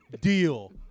Deal